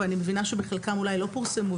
אני מבינה שחלקם אולי לא פורסמו,